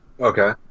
Okay